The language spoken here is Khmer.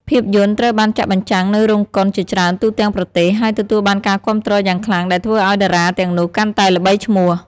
ភាពយន្តត្រូវបានចាក់បញ្ចាំងនៅរោងកុនជាច្រើនទូទាំងប្រទេស ហើយទទួលបានការគាំទ្រយ៉ាងខ្លាំងដែលធ្វើឱ្យតារាទាំងនោះកាន់តែល្បីឈ្មោះ។